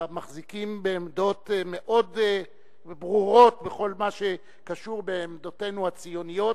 המחזיקים בעמדות מאוד ברורות בכל מה שקשור בעמדותינו הציוניות,